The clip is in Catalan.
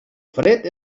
fred